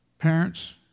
Parents